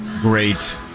great